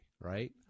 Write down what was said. right